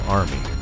army